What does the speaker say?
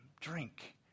drink